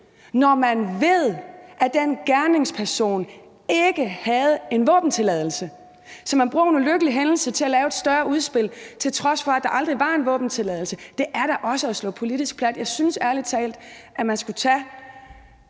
når man ved, at den gerningsperson ikke havde en våbentilladelse. Så man bruger en ulykkelig hændelse til at lave et større udspil, til trods for at der aldrig var en våbentilladelse. Det er da at slå politisk plat. Jeg synes ærlig talt, at man skulle tage